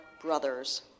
brothers